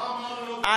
מה אמרנו לו, ?